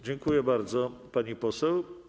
Dziękuję bardzo, pani poseł.